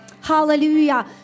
Hallelujah